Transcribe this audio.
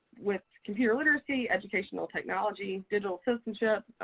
with computer literacy, educational technology, digital citizenship,